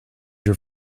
your